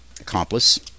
accomplice